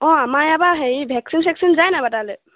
অঁ আমাৰ ইয়াৰপৰা হেৰি ভেকচিন চেকচিন যায় নাই বাৰু তালৈ